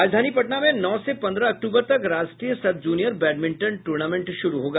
राजधानी पटना में नौ से पन्द्रह अक्टूबर तक राष्ट्रीय सब जूनियर बैडमिंटन टूर्नामेंट शुरू होगा